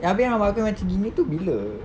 abeh rambut aku macam gini tu bila